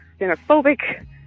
xenophobic